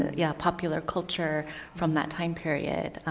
yeah, popular culture from that time period.